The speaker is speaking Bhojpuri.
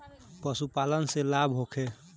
पशु पालन से लाभ होखे?